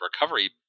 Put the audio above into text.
recovery